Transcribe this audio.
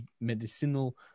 medicinal